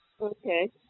Okay